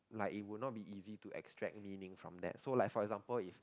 like it would not be easy to extract meaning from that so like for example if